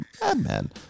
madman